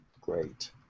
Great